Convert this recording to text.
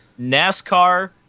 NASCAR